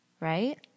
right